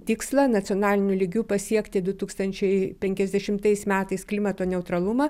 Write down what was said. tikslą nacionaliniu lygiu pasiekti du tūkstančiai penkiasdešimtais metais klimato neutralumą